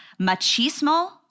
machismo